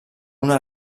una